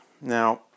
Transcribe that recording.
Now